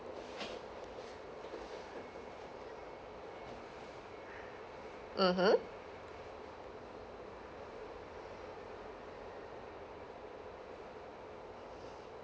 mmhmm